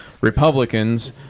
Republicans